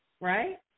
right